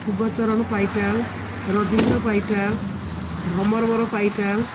ବଚରଣ ପାଇଟାଳ୍ ରବୀନ୍ଦ୍ର ପାଇଟାଳ୍ ଭମରବର ପାଇଟାଳ୍